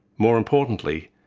more importantly,